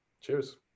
Cheers